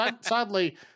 Sadly